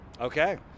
Okay